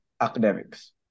academics